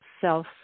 self